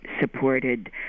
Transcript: supported